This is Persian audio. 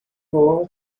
بابامو